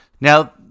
Now